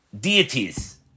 deities